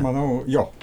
manau jo